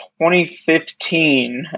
2015